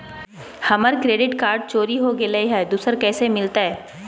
हमर credit card चोरी हो गेलय हई, दुसर कैसे मिलतई?